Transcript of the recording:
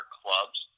clubs